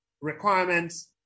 requirements